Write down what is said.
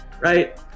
right